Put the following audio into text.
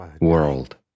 world